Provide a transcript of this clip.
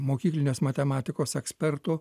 mokyklinės matematikos ekspertų